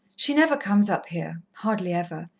she never comes up here hardly ever.